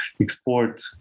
export